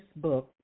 Facebook